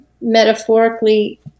metaphorically